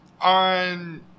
On